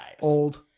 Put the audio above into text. Old